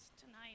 tonight